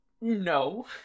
No